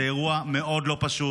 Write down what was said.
זה אירוע מאוד לא פשוט,